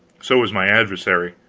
so was my adversary.